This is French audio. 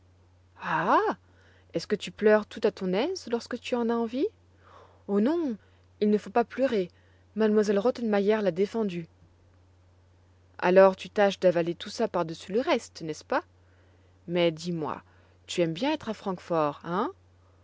est-ce que tu pleures tout à ton aise lorsque tu en as envie oh non il ne faut pas pleurer m elle rottenmeier l'a défendu alors tu tâches d'avaler tout ça par-dessus le reste n'est-ce pas mais dis-moi tu aimes bien être à francfort hein